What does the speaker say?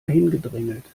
hingedrängelt